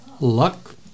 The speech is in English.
luck